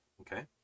Okay